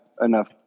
enough